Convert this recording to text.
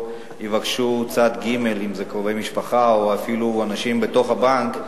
יבקשו צד ג' אם קרובי משפחה או אפילו אנשים בתוך הבנק,